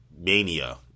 mania